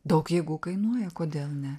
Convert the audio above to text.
daug jėgų kainuoja kodėl ne